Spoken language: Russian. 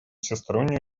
всестороннее